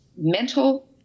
mental